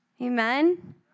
Amen